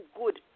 good